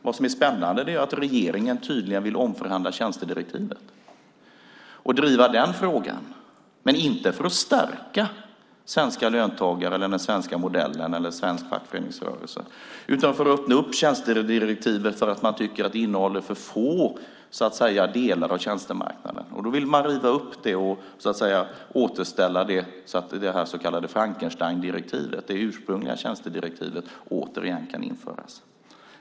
Vad som är spännande är att regeringen tydligen vill omförhandla tjänstedirektivet och driva den frågan, men inte för att stärka svenska löntagare, den svenska modellen eller svensk fackföreningsrörelse. Man vill öppna upp tjänstedirektivet för att man tycker att det innehåller för få delar av tjänstemarknaden. Därför vill man riva upp det och så att säga återställa det så att det så kallade frankensteindirektivet, det ursprungliga tjänstedirektivet, återigen kan införas.